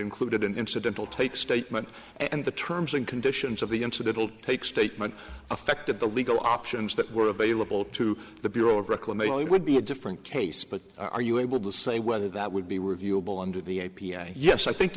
included an incidental take statement and the terms and conditions of the incident will take statement affected the legal options that were available to the bureau of reclamation would be a different case but are you able to say whether that would be reviewable under the a p i yes i think